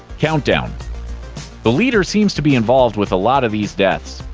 countdown the leader seems to be involved with a lot of these deaths.